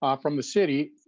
um from the city.